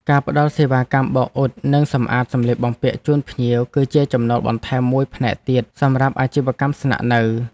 ការផ្តល់សេវាកម្មបោកអ៊ុត និងសម្អាតសម្លៀកបំពាក់ជូនភ្ញៀវ គឺជាចំណូលបន្ថែមមួយផ្នែកទៀតសម្រាប់អាជីវកម្មស្នាក់នៅ។